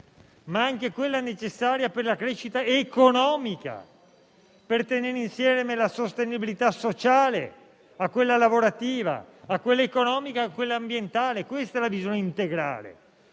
ma è anche quella necessaria per la crescita economica, per tenere insieme la sostenibilità sociale con quella lavorativa, con quella economica e con quella ambientale. Questa è la visione integrale